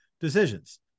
decisions